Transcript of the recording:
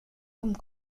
com